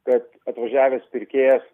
kad atvažiavęs pirkėjas